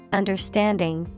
understanding